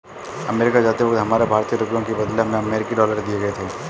America जाते वक्त हमारे भारतीय रुपयों के बदले हमें अमरीकी डॉलर दिए गए थे